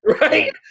Right